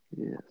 Yes